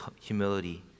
humility